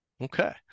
Okay